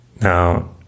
Now